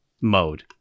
mode